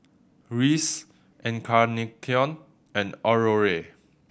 Reese Encarnacion and Aurore